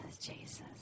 Jesus